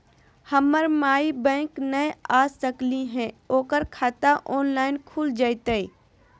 हमर माई बैंक नई आ सकली हई, ओकर खाता ऑनलाइन खुल जयतई?